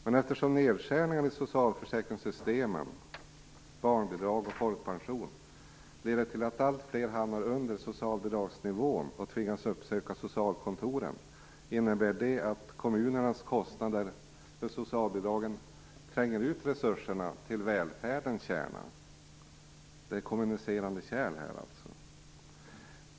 Men eftersom nedskärningar i socialförsäkringssystemen, barnbidrag och folkpension, leder till att alltfler hamnar under socialbidragsnivån och tvingas uppsöka socialkontoren, innebär det att kommunernas kostnader för socialbidragen tränger ut resurserna till välfärdens kärna. Det är kommunicerande kärl.